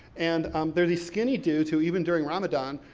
and um they're these skinny dudes who, even during ramadan,